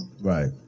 Right